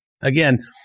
Again